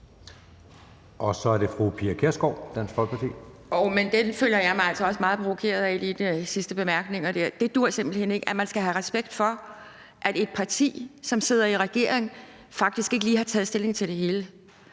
Lige de sidste bemærkninger der føler jeg mig altså også meget provokeret af. Det duer simpelt hen ikke, at man skal have respekt for, at et parti, der sidder i regering, faktisk ikke lige har taget stilling til det hele.